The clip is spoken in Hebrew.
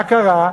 מה קרה?